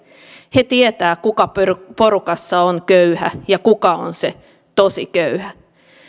he tietävät kuka porukassa on köyhä ja kuka on se tosi köyhä